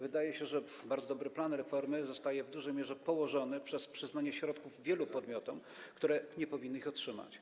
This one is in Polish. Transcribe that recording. Wydaje się, że bardzo dobry plan reformy zostaje w dużej mierze położony przez przyznanie środków wielu podmiotom, które nie powinny ich otrzymać.